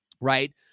right